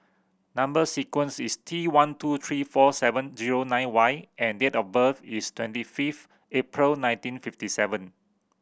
number sequence is T one two three four seven zero nine Y and date of birth is twenty fifth April nineteen fifty seven